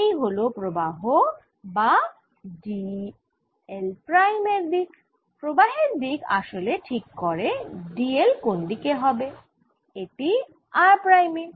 এই হল প্রবাহ বা d l প্রাইম এর দিক প্রবাহ এর দিক আসলে ঠিক করে d l কোন দিকে হবে এটি r প্রাইমে